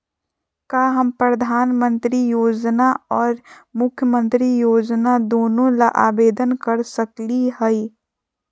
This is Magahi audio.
का हम प्रधानमंत्री योजना और मुख्यमंत्री योजना दोनों ला आवेदन कर सकली हई?